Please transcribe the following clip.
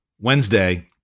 Wednesday